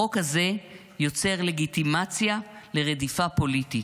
החוק הזה יוצר לגיטימציה לרדיפה פוליטית,